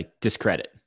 discredit